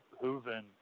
hooven